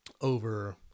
over